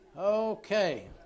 Okay